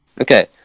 Okay